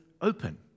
open